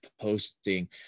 posting